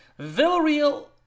Villarreal